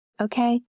okay